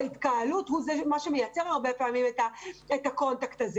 ההתקהלות זה מה שמייצר הרבה פעמים את החיבור הזה.